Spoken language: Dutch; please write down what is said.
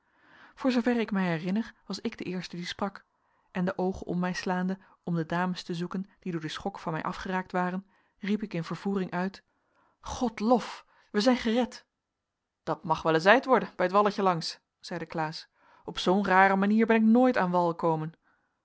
voor zooverre ik mij herinner was ik de eerste die sprak en de oogen om mij slaande om de dames te zoeken die door den schok van mij afgeraakt waren riep ik in vervoering uit god lof wij zijn gered dat mag wel ezeid worden bij t walletje langs zeide klaas op zoo'n rare manier ben ik nooit aan wal ekomen